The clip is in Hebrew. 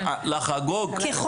לחגוג את הסבל --- חברים,